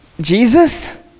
Jesus